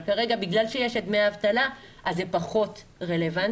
אבל כרגע בגלל שיש את דמי האבטלה זה פחות רלוונטי.